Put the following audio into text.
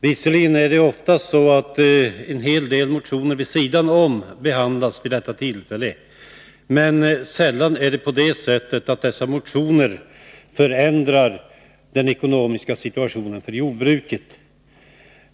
Visserligen brukar en hel del motioner vid sidan om behandlas vid detta tillfälle, men dessa motioner förändrar sällan den ekonomiska situationen för jordbruket.